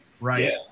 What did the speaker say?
right